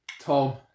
Tom